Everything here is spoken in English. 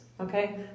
okay